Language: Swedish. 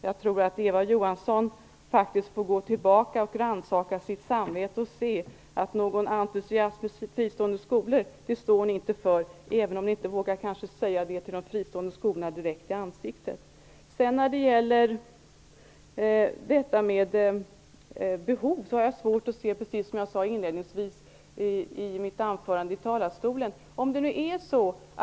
Jag tror att Eva Johansson får lov att rannsaka sitt samvete och se att Socialdemokraterna inte står för någon entusiasm för fristående skolor, även om de kanske inte vågar säga det direkt i ansiktet på folk på de fristående skolorna.